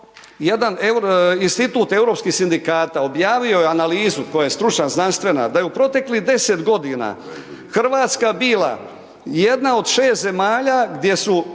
jedan institut europskih sindikata objavio je analizu koja je stručna, znanstvena da je u proteklih 10 godina Hrvatska bila jedna od 6 zemalja gdje su